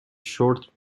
short